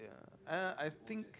yeah uh I think